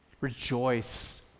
Rejoice